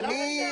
אני לא מבינה.